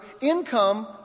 income